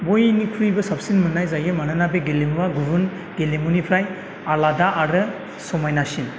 बयनिख्रुइबो साबसिन मोननाय जायो मानोना बे गेलेमुवा गुबुन गेलेमुनिफ्राय आलादा आरो समायनासिन